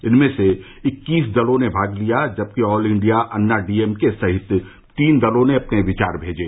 इनमें से इक्कीस दलों ने भाग लिया जबकि all India Anna D M K सहित तीन दलों ने अपने विचार भेजे